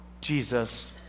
Jesus